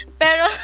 pero